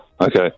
Okay